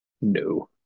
No